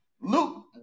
Luke